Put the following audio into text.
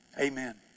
Amen